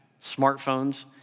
smartphones